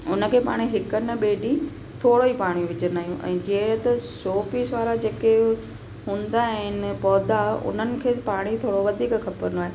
हुनखे पाणि हिकु न ॿिएं ॾींहुं थोरो ई पाणी विझंदा आहियूं ऐं जीअं त शो पीस वारा जेके हूंदा आहिनि पौधा उन्हनि खे पाणी थोरो वधीक खपंदो आहे